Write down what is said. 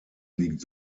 liegt